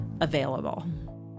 available